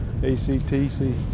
ACTC